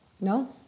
No